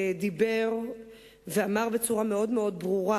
דיבר ואמר בצורה מאוד מאוד ברורה,